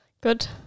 Good